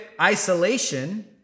isolation